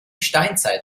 steinzeit